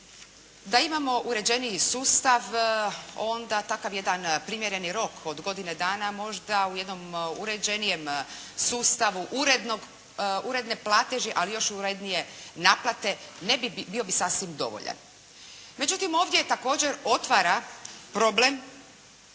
Da imamo uređeniji sustav onda takav jedan primjereni rok od godine dana možda u jednom uređenijem sustavu uredne plateži, ali još urednije naplate bio bi sasvim dovoljan. Međutim, ovdje također otvara problem